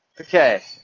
Okay